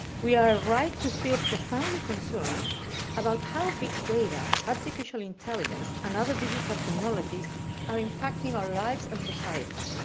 we are right to feel profoundly concerned about how big data, artificial intelligence, and other digital technologies are impacting our lives and societies.